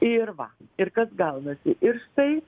ir va ir kas gaunasi ir štai